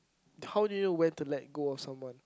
how do you know when to let go of someone